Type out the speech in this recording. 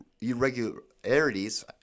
irregularities